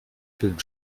pillen